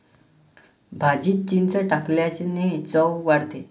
भाजीत चिंच टाकल्याने चव वाढते